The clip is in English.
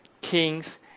king's